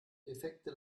defekte